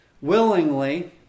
willingly